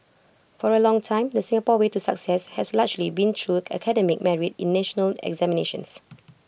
for A long time the Singapore way to success has largely been through academic merit in national examinations